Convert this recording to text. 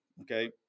Okay